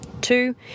two